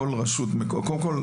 כל רשות --- קודם כל,